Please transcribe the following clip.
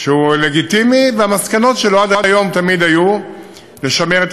שהוא לגיטימי והמסקנות שלו עד היום תמיד היו לשמר את